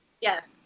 Yes